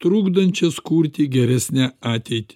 trukdančias kurti geresnę ateitį